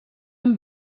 amb